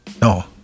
no